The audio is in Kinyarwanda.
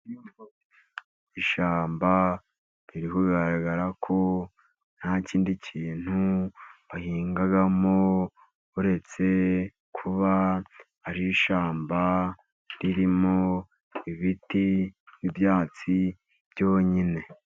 Ishyamba riri kugaragara ko nta kindi kintu bahingamo uretse kuba ari ishyamba ririmo ibiti n'ibyatsi byonyine.